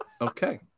Okay